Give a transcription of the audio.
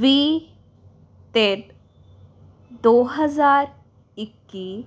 ਵੀਹ ਤਿੰਨ ਦੋ ਹਜ਼ਾਰ ਇੱਕੀ